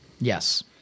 Yes